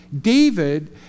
David